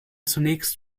zunächst